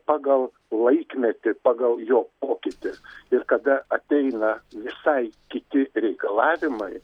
pagal laikmetį pagal jo pokytį ir kada ateina visai kiti reikalavimai